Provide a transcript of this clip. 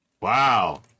Wow